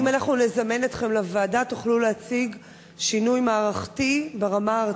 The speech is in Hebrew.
אם אנחנו נזמן אתכם לוועדה תוכלו להציג שינוי מערכתי ברמה הארצית?